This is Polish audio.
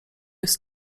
jest